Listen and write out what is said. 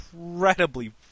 incredibly